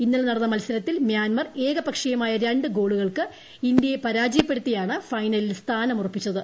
ഇന്നലെ നടന്ന മത്സരത്തിൽ മ്യാൻമർ ഏകപക്ഷീയമായ രണ്ടു ഗോളുകൾക്ക് ഇന്ത്യയെ പരാജയപ്പെടുത്തിയാണ് ഫൈനലിൽ സ്ഥാനമുറപ്പിച്ചത്